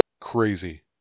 crazy